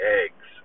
eggs